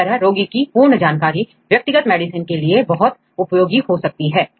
इस तरह रोगी की पूर्ण जानकारी व्यक्तिगत मेडिसिन के लिए बहुत उपयोगी हो सकती है